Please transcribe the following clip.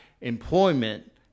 employment